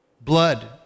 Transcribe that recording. Blood